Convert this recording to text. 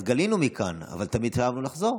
אז גלינו מכאן, אבל תמיד שאפנו לחזור.